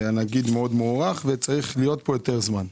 הנגיד מאוד מוערך והוא צריך להיות פה יותר זמן.